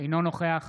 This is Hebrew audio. אינו נוכח